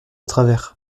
travers